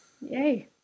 Yay